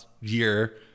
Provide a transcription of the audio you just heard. year